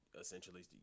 essentially